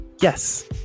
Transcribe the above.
yes